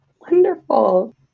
Wonderful